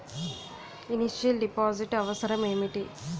Initial deposit అవసరం ఏమిటి?